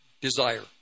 desire